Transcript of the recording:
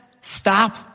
stop